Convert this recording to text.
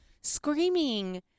screaming